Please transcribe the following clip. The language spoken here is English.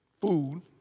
food